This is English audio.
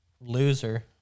loser